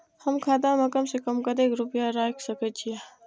हम खाता में कम से कम कतेक रुपया रख सके छिए?